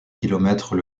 kilomètres